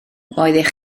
roeddech